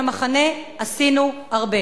עשינו הרבה.